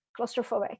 claustrophobic